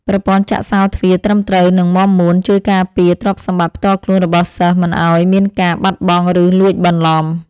ប្រព័ន្ធចាក់សោរទ្វារត្រឹមត្រូវនិងមាំមួនជួយការពារទ្រព្យសម្បត្តិផ្ទាល់ខ្លួនរបស់សិស្សមិនឱ្យមានការបាត់បង់ឬលួចបន្លំ។